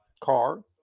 car